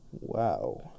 wow